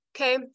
Okay